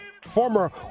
former